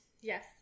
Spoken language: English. Yes